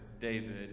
David